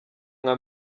nka